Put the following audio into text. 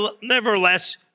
nevertheless